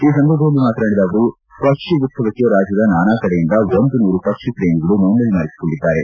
ಈ ಸಂದರ್ಭದಲ್ಲಿ ಮಾತನಾಡಿದ ಅವರು ಪಕ್ಷಿ ಉತ್ಸವಕ್ಕೆ ರಾಜ್ಯದ ನಾನಾಕಡೆಯಿಂದ ಒಂದು ನೂರು ಪಕ್ಷಿ ಪ್ರೇಮಿಗಳು ನೋಂದಣಿ ಮಾಡಿಸಿಕೊಂಡಿದ್ದಾರೆ